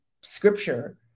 scripture